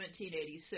1786